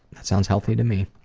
that sounds healthy to me.